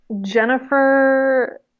Jennifer